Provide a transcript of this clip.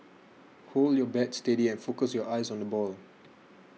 hold your bat steady and focus your eyes on the ball